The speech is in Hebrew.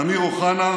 ממשלה, אמיר אוחנה,